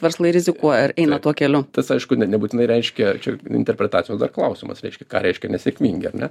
verslai rizikuoja ir eina tuo keliu tas aišku net nebūtinai reiškia čia interpretacijos dar klausimas reiškia ką reiškia nesėkmingi ar ne